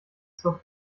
zur